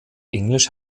englisch